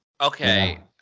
Okay